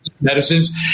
medicines